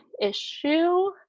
issue